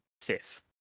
Sif